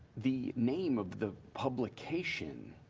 the name of the publication,